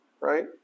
right